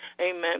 Amen